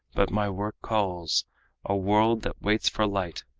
but my work calls a world that waits for light.